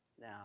now